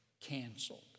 Canceled